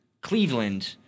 Cleveland